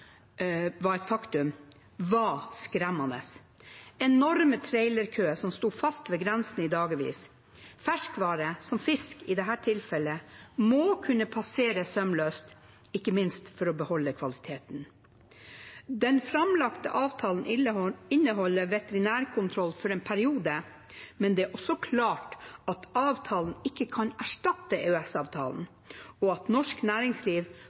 var et faktum, var skremmende. Enorme trailerkøer sto fast ved grensene i dagevis. Ferskvarer, i dette tilfellet fisk, må kunne passere sømløst, ikke minst for å beholde kvaliteten. Den framlagte avtalen inneholder veterinærkontroll for en periode, men det er også klart at avtalen ikke kan erstatte EØS-avtalen, og at norsk næringsliv